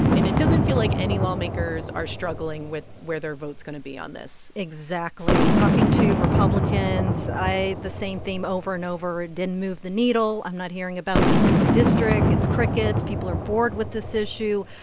and it doesn't feel like any lawmakers are struggling with where their vote's going to be on this exactly. talking to republicans, i the same theme over and over. it didn't move the needle. i'm not hearing about this in my district. it's crickets. people are bored with this issue.